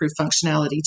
functionality